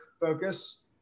focus